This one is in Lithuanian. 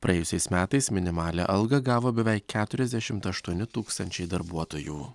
praėjusiais metais minimalią algą gavo beveik keturiasdešimt aštuoni tūkstančiai darbuotojų